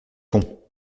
font